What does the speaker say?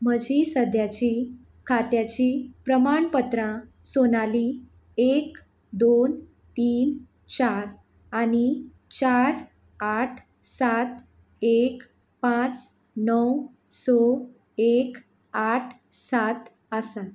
म्हजी सद्याची खात्याची प्रमाणपत्रां सोनाली एक दोन तीन चार आनी चार आठ सात एक पांच णव स एक आठ सात आसा